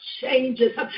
changes